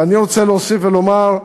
ואני רוצה להוסיף ולומר,